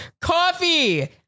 coffee